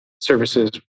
services